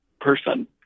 person